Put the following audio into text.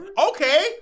Okay